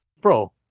Bro